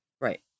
Right